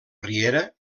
riera